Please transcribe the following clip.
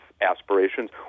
aspirations